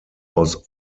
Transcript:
aus